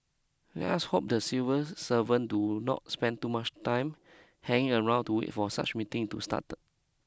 let's hope the civil servant do not spend too much time hanging around to wait for such meetings to start